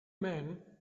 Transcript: men